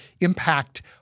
impact